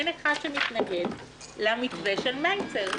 אין אחד שמתנגד למתווה של מלצר.